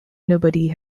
nobody